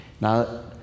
Now